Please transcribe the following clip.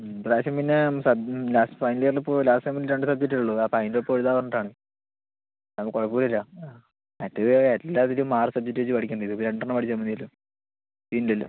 ഇപ്പ്രാവശ്യം പിന്നെ last final year പോവുകയല്ലേ ലാസ്റ്റ് സെമ്മിൽ രണ്ടു സബ്ജക്ടെ ഉള്ളൂ അപ്പം അതിന്റൊപ്പം എഴുതാമെന്ന് പറഞ്ഞിട്ടാണ് അതാവുമ്പോൾ കുഴപ്പമില്ല മറ്റേത് എല്ലാത്തിലും ആറു സബ്ജക്ട് വച്ച് പഠിക്കേണ്ടിവരും ഇതിപ്പോൾ രണ്ടെണ്ണം പഠിച്ചാൽ മതിയല്ലോ ഇല്ലില്ല